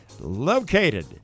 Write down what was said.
Located